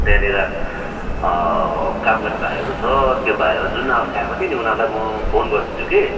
त्यहाँनिर काम गर्ने भाइहरू छ त्यो भाइहरू जुन अस्ति आएको थियो नि उनीहरूलाई म फोन गरिदिन्छु कि